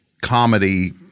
comedy